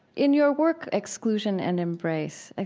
in your work exclusion and embrace,